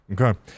Okay